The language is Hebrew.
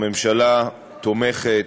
הממשלה תומכת,